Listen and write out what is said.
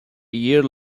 year